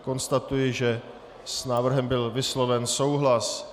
Konstatuji, že s návrhem byl vysloven souhlas.